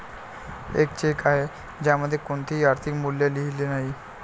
एक चेक आहे ज्यामध्ये कोणतेही आर्थिक मूल्य लिहिलेले नाही